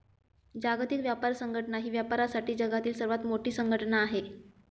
जागतिक व्यापार संघटना ही व्यापारासाठी जगातील सर्वात मोठी संघटना आहे